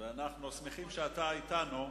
ואנחנו שמחים שאתה אתנו.